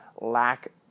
lack